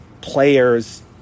players